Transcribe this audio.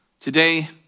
Today